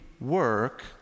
work